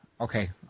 Okay